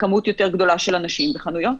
לכמות גדולה יותר של אנשים בחנויות.